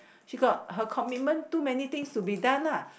she got her commitment too many things to be done ah